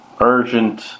urgent